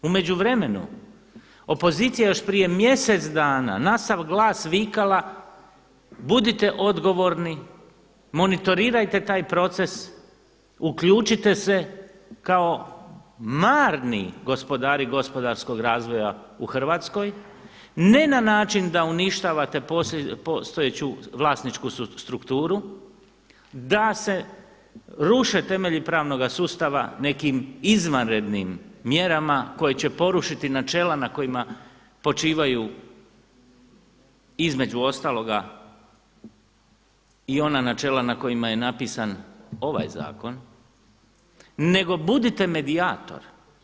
U međuvremenu opozicija još prije mjesec dana na sav glas vikala budite odgovorni, monitorirajte taj proces, uključite se kao marni gospodari gospodarskog razvoja u Hrvatskoj ne na način da uništavate postojeću vlasničku strukturu, da se ruše temelji pravnoga sustava nekim izvanrednim mjerama koje će porušiti načela na kojima počivaju između ostaloga i ona načela na kojima je napisan ovaj zakon, nego budite medijator.